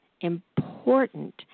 important